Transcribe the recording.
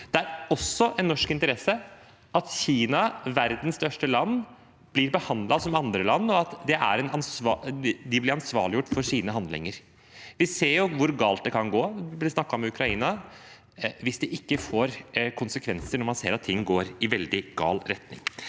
Det er også i norsk interesse at Kina, verdens største land, blir behandlet som andre land, og at de blir ansvarliggjort for sine handlinger. Vi ser jo hvor galt det kan gå – det ble snakket om Ukraina – hvis det ikke får konsekvenser når man ser at noe går i veldig gal retning.